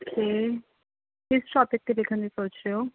okay ਕਿਸ topic 'ਤੇ ਲਿਖਣ ਦੀ ਸੋਚ ਰਹੇ ਹੋ